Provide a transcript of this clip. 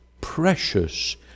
precious